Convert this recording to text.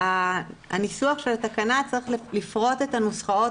שהניסוח של התקנה צריך לפרוט את הנוסחאות